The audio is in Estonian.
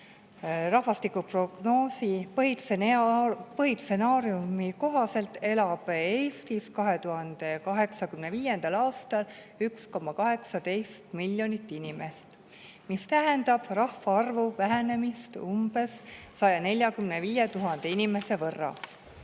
rahvastikuprognoosi põhistsenaariumi kohaselt elab Eestis 2085. aastal 1,18 miljonit inimest, mis tähendab rahvaarvu vähenemist umbes 145 000 inimese võrra.